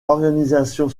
organisation